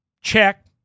Check